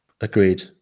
Agreed